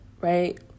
Right